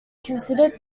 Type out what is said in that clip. considered